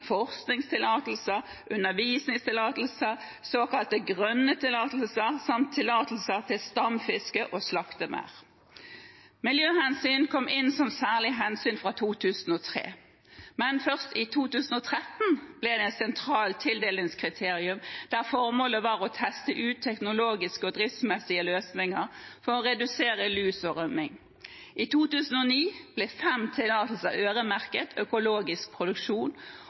forskningstillatelser, undervisningstillatelser, såkalte grønne tillatelser samt tillatelser til stamfisk og slaktemerd. Miljøhensyn kom inn som særlig hensyn fra 2003, men først i 2013 ble det et sentralt tildelingskriterium der formålet var å teste ut teknologiske og driftsmessige løsninger for å redusere lus og rømming. I 2009 ble fem tillatelser øremerket økologisk produksjon,